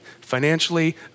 financially